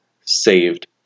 saved